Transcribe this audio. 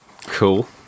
Cool